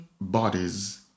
bodies